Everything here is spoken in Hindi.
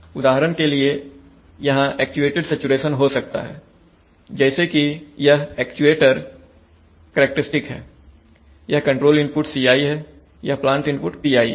उदाहरण के लिए यहां एक्चुएटेड सैचुरेशन हो सकता है जैसे कि यह एक्चुएटर करैक्टेरिस्टिक्स है यह कंट्रोल्ड इनपुट CI है और यह प्लांट इनपुट PI है